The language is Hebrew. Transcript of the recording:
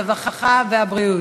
הרווחה והבריאות.